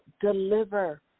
deliver